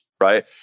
right